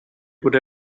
could